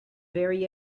very